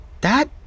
That-